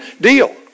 deal